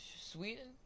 Sweden